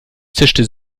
zischte